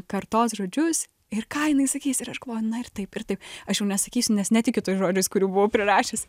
kartos žodžius ir ką jinai sakys ir aš galvoju na ir taip ir taip aš jau nesakysiu nes netikiu tais žodžiais kurių buvau prirašius